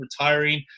retiring